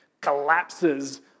collapses